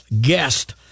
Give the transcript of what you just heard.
guest